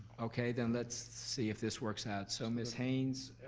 okay, then let's see if this works out. so miss haynes,